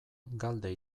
galde